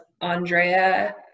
Andrea